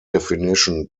definition